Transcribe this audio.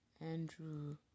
Andrew